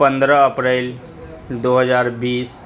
پندرہ اپریل دو ہزار بیس